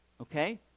Okay